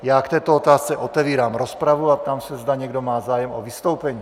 Já k této otázce otevírám rozpravu a ptám se, zda někdo má zájem o vystoupení.